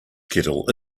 kettle